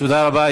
תודה רבה.